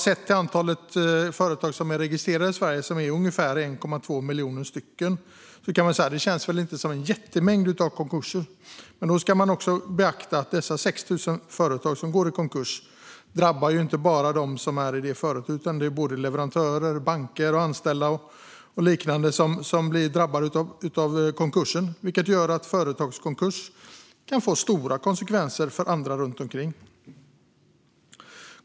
Sett till antalet företag som är registrerade i Sverige, vilket är ungefär 1,2 miljoner stycken, kanske det inte känns som en jättemängd konkurser. Men då ska man beakta att dessa 6 700 företags konkurs inte bara drabbar företaget utan också leverantörer, banker och anställda. Det gör att företagskonkurser kan få stora konsekvenser för andra runt omkring.